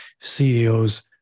CEOs